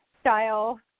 style